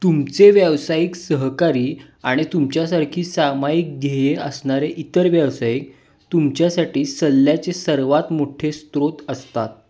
तुमचे व्यावसायिक सहकारी आणि तुमच्यासारखी सामाईक ध्येये असणारे इतर व्यावसायिक तुमच्यासाठी सल्ल्याचे सर्वांत मोठे स्रोत असतात